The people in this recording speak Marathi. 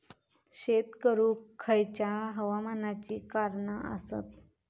शेत करुक खयच्या हवामानाची कारणा आसत?